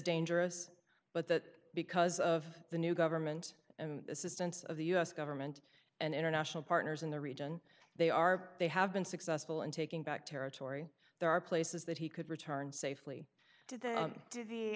dangerous but that because of the new government and assistance of the us government and international partners in the region they are they have been successful in taking back territory there are places that he could return safely to the